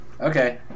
Okay